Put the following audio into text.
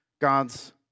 God's